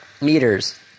meters